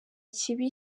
kibi